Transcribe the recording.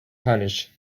punish